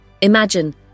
Imagine